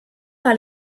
par